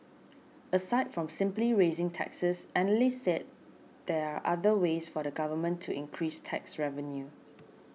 aside from simply raising taxes analysts said there are other ways for the Government to increase tax revenues